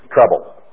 trouble